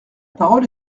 parole